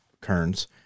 Kearns